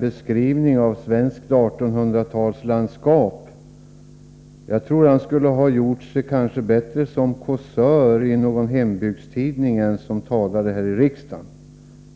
beskriva svenskt 1800-talslandskap. Enligt min personliga åsikt skulle han kanske ha gjort sig bättre som kåsör i någon hembygdstidning än som talare här i riksdagen.